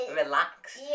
relaxed